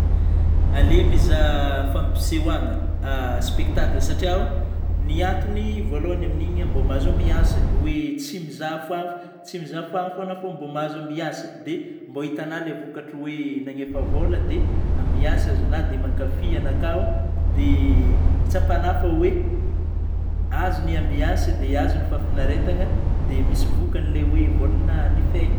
Aleo mizaha fampisehoagna spectacle, satria o ny antony vôalohany amin'igny aho mbô mahazo ambiansy hoe tsy mizaha foagna f- tsy mizaha foagna fô anao fô mbô mahazo ambiansy; dia mbô itana ilay vokatra hoe nagnefa vôla de ambiansa azonahy dia mankafy ana aka dia tsapana fa hoe azo ny ambiansy de azo ny fahafinaretagna dia misy vôkany ilay hoe vôla-na nifaigny.